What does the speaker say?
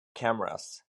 cameras